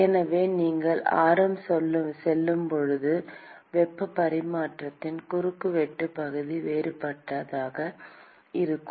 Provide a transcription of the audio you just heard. எனவே நீங்கள் ஆரம் செல்லும்போது வெப்பப் பரிமாற்றத்தின் குறுக்குவெட்டு பகுதி வேறுபட்டதாக இருக்கும்